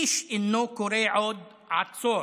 איש אינו קורא עוד: עצור!